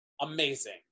Amazing